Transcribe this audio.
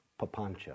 papancha